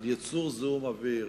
בצמצום זיהום אוויר.